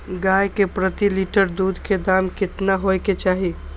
गाय के प्रति लीटर दूध के दाम केतना होय के चाही?